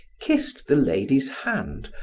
kissed the lady's hand,